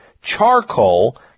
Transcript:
Charcoal